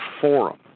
forum